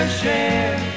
share